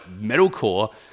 metalcore